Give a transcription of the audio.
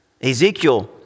Ezekiel